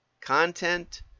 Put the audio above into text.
content